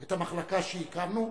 את המחלקה שהקמנו,